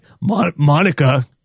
Monica